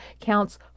counts